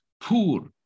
poor